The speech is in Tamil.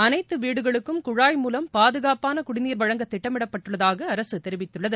அனைத்து வீடுகளுக்கும் குழாய் மூலம் பாதுகாப்பான குடிநீர் வழங்க திட்டமிடப் பட்டுள்ளதாக அரசு தெரிவித்துள்ளது